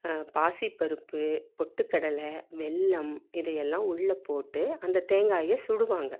பாசிப்பருப்பு பொட்டுக்கடலை வெல்லம் இது எல்லாம் உள்ளே போட்டு அந்த தேங்காயை சுடுவாங்க